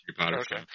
okay